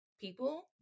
people